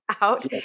out